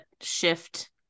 shift